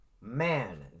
Man